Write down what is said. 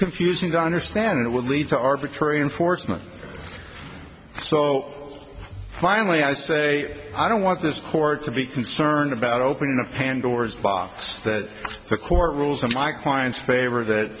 confusing dunder stand it would lead to arbitrary enforcement so finally i say i don't want this court to be concerned about opening a pandora's box that the court rules in my client's favor